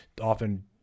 often